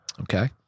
Okay